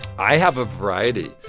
i have a variety.